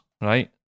right